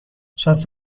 شصت